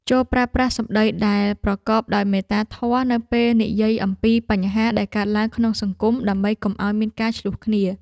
ចូរប្រើប្រាស់សម្តីដែលប្រកបដោយមេត្តាធម៌នៅពេលនិយាយអំពីបញ្ហាដែលកើតឡើងក្នុងសង្គមដើម្បីកុំឱ្យមានការឈ្លោះគ្នា។